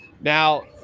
now